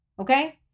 okay